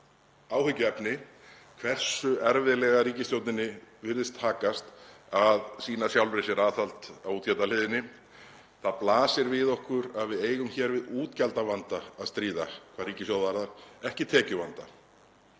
áhyggjuefni hversu erfiðlega ríkisstjórninni virðist takast að sýna sjálfri sér aðhald á útgjaldahliðinni. Það blasir við okkur að við eigum hér við útgjaldavanda að stríða hvað ríkissjóð varðar, ekki tekjuvanda.